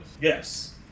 Yes